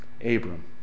Abram